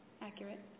accurate